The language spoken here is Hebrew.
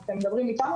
אתם מדברים איתנו,